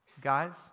Guys